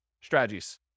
strategies